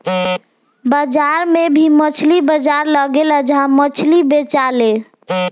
बाजार में भी मछली बाजार लगेला जहा मछली बेचाले